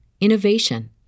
innovation